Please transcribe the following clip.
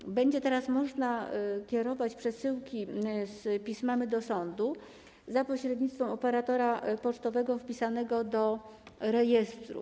Teraz będzie można kierować przesyłki z pismami do sądu za pośrednictwem operatora pocztowego wpisanego do rejestru.